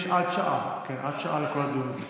יש עד שעה לכל הדיון הזה.